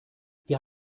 wir